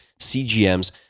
CGMs